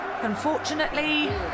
Unfortunately